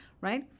right